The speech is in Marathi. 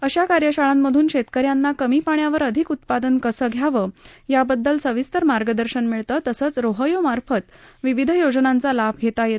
अशा कार्यशाळा मधून शेतकऱ्यांना कमी पाण्यावर अधिक उत्पादन कसं घ्यावं याबददल सविस्तर मार्गदर्शन मिळतं तसच रोहयो मार्फत विविध योजनाचा लाभ घेता येतो असं त्या म्हणाल्या